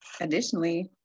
additionally